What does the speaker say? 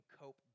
cope